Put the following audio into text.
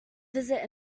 visit